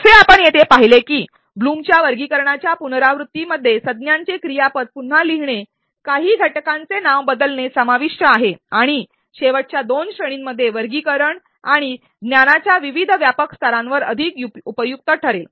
जसे आपण येथे पाहिले आहे की ब्लूमच्या वर्गीकरणाच्या पुनरावृत्तीमध्ये शेवटच्या दोन श्रेणींमध्ये वर्गीकरण संज्ञाचे क्रियापद पुन्हा लिहिणे काही घटकांचे नाव बदलणे समाविष्ट आहे आणि हे ज्ञानाच्या विविध व्यापक स्तरांवर अधिक उपयुक्त ठरेल